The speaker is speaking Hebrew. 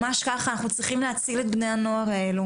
ממש ככה, אנחנו צריכים להציל את בני הנוער האלו